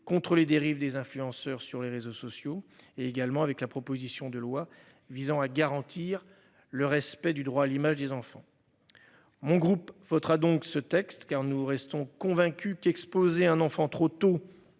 contre les dérive des influenceurs sur les réseaux sociaux et également avec la proposition de loi visant à garantir le respect du droit à l'image des enfants. Mon groupe votera donc ce texte, car nous restons convaincus qu'exposer un enfant trop tôt